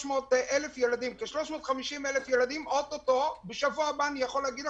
ל-350,000 ילדים אין לאן לחזור בשבוע הבא.